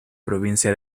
provincia